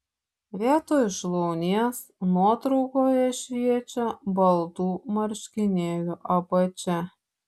vietoj šlaunies nuotraukoje šviečia baltų marškinėlių apačia